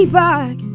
back